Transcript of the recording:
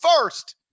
first